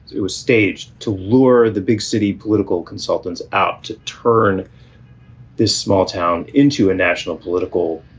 it was staged to lure the big city political consultants out, to turn this small town into a national political